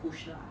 push lah